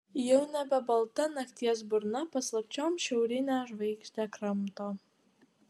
jau nebe balta nakties burna paslapčiom šiaurinę žvaigždę kramto